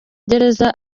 gereza